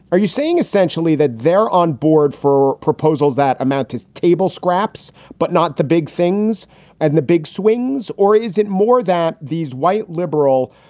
are you saying essentially that they're on board for proposals that amount to table scraps, but not the big things and the big swings? or is it more that these white liberal.